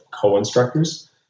co-instructors